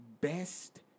best